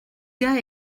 gars